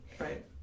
Right